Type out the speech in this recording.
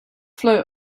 flow